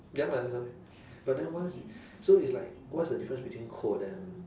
ya lah that's why but then once so it's like what's the difference between code and